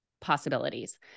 possibilities